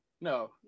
No